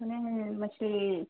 سنیں ہیں مچھلی